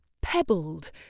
pebbled